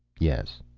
yes.